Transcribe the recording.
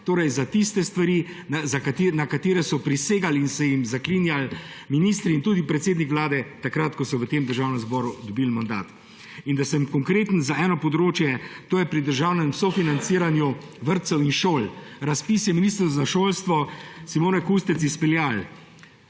to za tiste stvari, na katere so prisegali in se jim zaklinjali ministri in tudi predsednik vlade, ko so v državnem zboru dobili mandat. In da sem konkreten pri enem področju, to je pri državnem sofinanciranju vrtcev in šol. Razpis je Ministrstvo za šolstvo Simone Kustec izpeljalo.